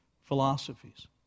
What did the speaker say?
philosophies